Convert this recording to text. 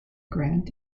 grant